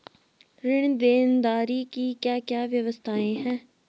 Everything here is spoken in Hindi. ऋण देनदारी की क्या क्या व्यवस्थाएँ हैं?